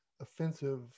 offensive